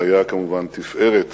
שהיה כמובן תפארת